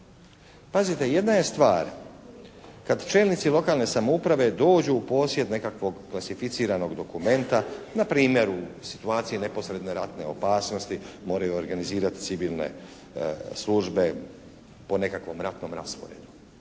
Pazite, jedna je stvar kad čelnici lokalne samouprave dođu u posjed nekakvog klasificiranog dokumenta na primjer u situaciji neposredne ratne opasnosti moraju organizirati civilne službe po nekakvom ratnom rasporedu